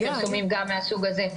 מידע מהסוג הזה.